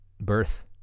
birth